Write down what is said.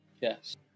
Yes